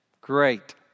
Great